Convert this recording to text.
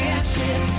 ashes